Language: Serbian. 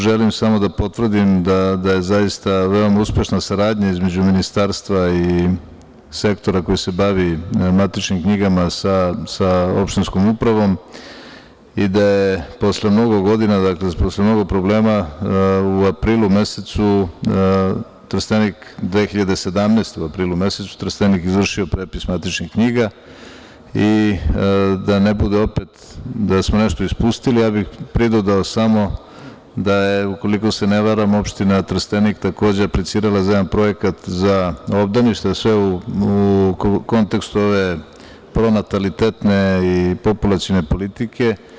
Želim samo da potvrdim da je zaista veoma uspešna saradnja između Ministarstva i sektora koji se bavi matičnim knjigama sa opštinskom upravom i da je posle mnogo godina, posle mnogo problema u aprilu mesecu 2017. godine Trstenik izvršio prepis matičnih knjiga i da ne bude opet da smo nešto ispustili, ja bih pridodao samo da je, ukoliko se ne varam, opština Trstenik takođe aplicirala za projekat za obdanište, a sve u kontekstu ove pronatalitetne i populacione politike.